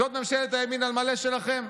זאת ממשלת ימין על מלא שלכם?